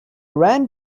ran